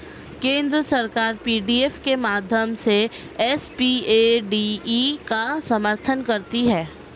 केंद्र सरकार पी.डी.एफ के माध्यम से एस.पी.ए.डी.ई का समर्थन करती है